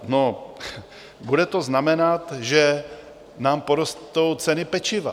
No, bude to znamenat, že nám porostou ceny pečiva.